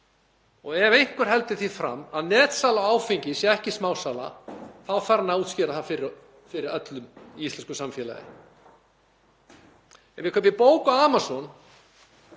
Ef einhver heldur því fram að netsala á áfengi sé ekki smásala þá þarf hann að útskýra það fyrir öllum í íslensku samfélagi. Ef ég kaupi bók á Amazon þá